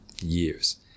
years